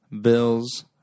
bills